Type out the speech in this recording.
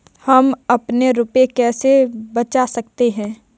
हम अपने रुपये कैसे बचा सकते हैं?